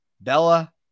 Bella